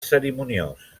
cerimoniós